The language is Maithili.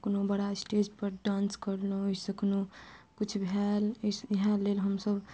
कोनो बड़ा स्टेज पर डान्स कयलहुॅं ओहि सऽ कोनो किछु भेल अछि से इएह लेल हमसब